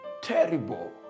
terrible